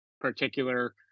particular